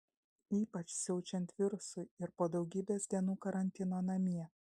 ypač siaučiant virusui ir po daugybės dienų karantino namie